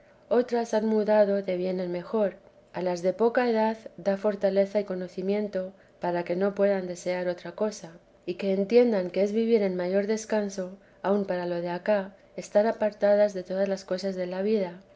otras ha mudado de bien en mejor a las de poca edad da fortaleza y conocimiento para que no puedan desear otra cosa y que entiendan es vivir en mayor descanso aun para lo de acá estar apartadas de todas las cosas de la vida